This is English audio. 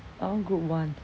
I want group one